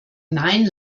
nein